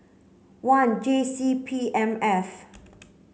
one J C P M F